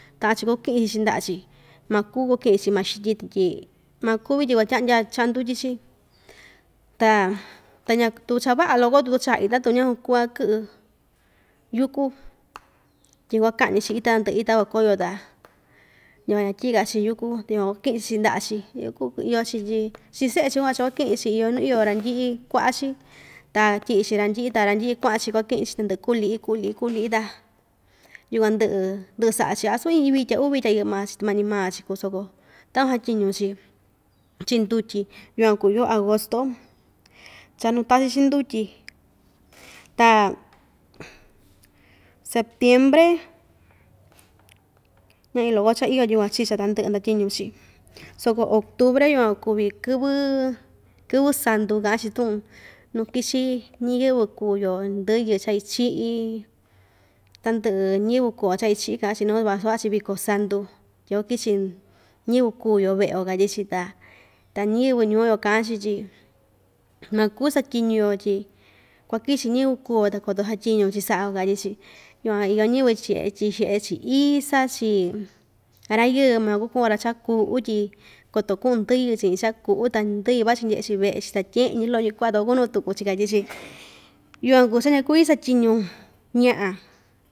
Taꞌa‑chi kukiꞌin‑chi chiꞌin ndaꞌa‑chi makuu kukiꞌi‑chi maxityi tyi makuvi tyi kuatyaꞌa‑ndya chaꞌa ndutyi‑chi ta ñaa tu cha vaꞌa loko tyi kuchaa ita‑tun ñakua kuu‑ka kiꞌi yuku tyi kuakaꞌñi‑chi ita tandɨꞌɨ ita kuako‑yo ta yukuan ñatyiꞌika‑chi yuku ta yukuan kuakɨꞌɨ‑chi chiꞌin ndaꞌa‑chi iyo‑chi tyi chiꞌin seé‑chi van cha kuakiꞌi‑chi iyo nuu iyo randɨꞌɨ kuaꞌa‑chi ta tyiꞌi‑chi randɨꞌɨ ta randɨꞌɨ kuaꞌan‑chi kuakɨꞌɨn‑chi tandɨꞌɨ kuꞌu liꞌi kuꞌu liꞌi kuꞌu liꞌi ta yukuan ndɨꞌɨ ndɨꞌɨ saꞌa‑chi asu iin iin vitya uu vitya yɨꞌɨ maa‑chi tu mañi maa‑chi kuu soko takuan satyiñu‑chi chiꞌin ndutyi yukuan kuu yoo agosto cha nuu tachi‑chi ndutyi ta septiempre chicha tandɨꞌɨ ndatyiñu‑chi soko octubre van kuvi kɨvɨ kɨvɨ santu kaꞌan‑chi tuꞌun nuu kichi ñiyɨvɨ kuu‑yo ndɨyɨ cha ichiꞌi tandɨꞌɨ ñiyɨvɨ kuuyo cha ichiꞌi kaꞌan‑chi savaꞌa‑chi viko santu tyi kuakichi ñiyɨvɨ kuu‑yo veꞌe‑yo katyi‑chi ta ta ñiyɨvɨ nuu‑yo kaꞌan‑chi tyi makuu satyiñu‑yo tyi kuaki‑chi ñiyɨvɨ kuu‑yo ta koto satyiñu‑chi saꞌao katyi‑chi tyixeꞌe‑chi isa‑chi ra‑yɨɨ maku kuꞌun‑ra chaꞌa kuꞌu tyi koto kuꞌun ndɨyɨ chiꞌin chaꞌa kuꞌu ta ndɨyɨ vachi ndyeꞌe‑chi veꞌe‑chi tatyeꞌe‑ñi loꞌo‑ñi kuaꞌa ta kuakunuꞌu tuku‑chi katyi‑chi yukuan kuu cha ñakuvi satyiñu ñaꞌa.